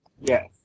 Yes